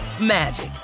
magic